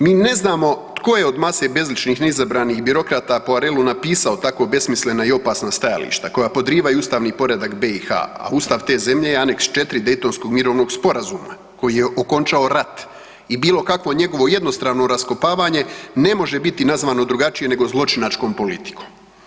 Mi ne znamo tko je od mase bezlično izabranih birokrata Poirelu napisao tako besmislena i opasna stajališta, koja podrivaju ustavni poredak BiH, a Ustav te zemlje je Aneks IV Daytonskog mirovnog sporazuma koji je okončao rat i bilo kakvo njegovo jednostrano raskopavanje ne može biti nazvano drugačije nego zločinačkom politikom.